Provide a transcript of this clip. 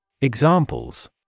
Examples